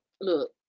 Look